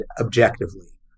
objectively